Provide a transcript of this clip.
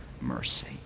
mercy